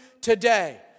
today